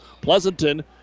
Pleasanton